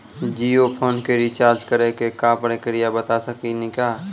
Jio phone के recharge करे के का प्रक्रिया बता साकिनी का?